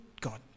God